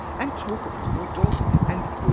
and talk about your daughter, and